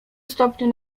stopniu